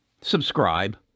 subscribe